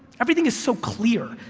everything is so clear,